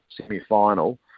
semi-final